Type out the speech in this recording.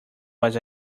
was